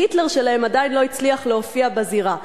ה'היטלר' שלהם עדיין לא הצליח להופיע בזירה.